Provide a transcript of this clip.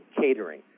catering